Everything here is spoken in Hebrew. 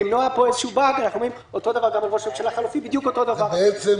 אנחנו יוצאים